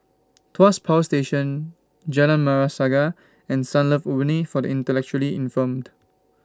Tuas Power Station Jalan Merah Saga and Sunlove Abode For The Intellectually Infirmed